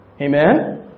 Amen